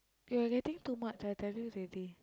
ok you are getting too much I tell you already